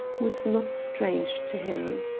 was not strange to him.